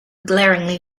glaringly